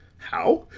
how!